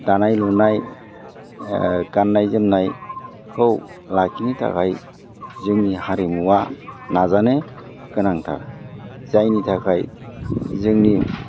दानाय लुनाय गाननाय जोमनायखौ लाखिनो थाखाय जोंनि हारिमुआ नाजानो गोनांथार जायनि थाखाय जोंनि